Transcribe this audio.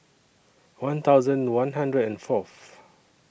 one thousand one hundred and Fourth